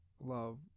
love